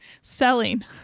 selling